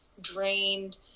drained